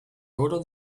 oro